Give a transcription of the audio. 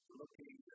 looking